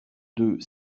deux